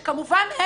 כמובן,